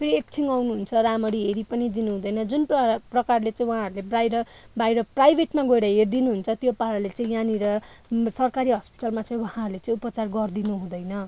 फेरि एकछिन आउनुहुन्छ राम्ररी हेरी पनि दिनुहुँदैन जुन प्र प्रकारले चाहिँ उहाँहरूले बाहिर बाहिर प्राइभेटमा गएर हेरिदिनुहुन्छ त्यो पाराले चाहिँ यहाँनिर सरकारी हस्पिटलमा चाहिँ उहाँहरूले चाहिँ उपचार गरिदिनु हुँदैन